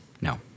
No